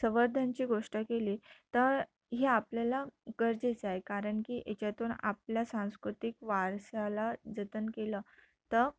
संवर्धनाची गोष्ट केली तर ही आपल्याला गरजेचं आहे कारण की याच्यातून आपल्या सांस्कृतिक वारश्याला जतन केलं तर